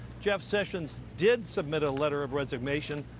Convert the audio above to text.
jeff sessions did submit a letter of resignation.